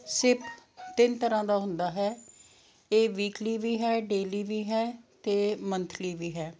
SIP ਤਿੰਨ ਤਰ੍ਹਾਂ ਦਾ ਹੁੰਦਾ ਹੈ ਇਹ ਵੀਕਲੀ ਵੀ ਹੈ ਡੇਲੀ ਵੀ ਹੈ ਅਤੇ ਮੰਥਲੀ ਵੀ ਹੈ